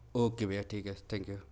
okay भय्या ठीक है थैंक यू